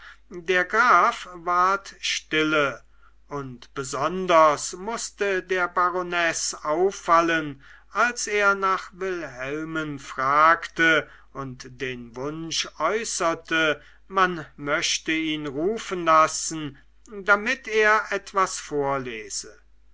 der graf ward stille und besonders mußte der baronesse auffallen als er nach wilhelmen fragte und den wunsch äußerte man möchte ihn rufen lassen damit er etwas vorlese